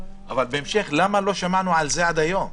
אבל בהמשך, למה לא שמענו על זה עד היום?